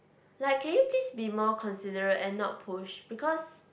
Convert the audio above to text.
like can you please be more considerate and not push because